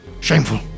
Shameful